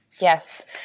Yes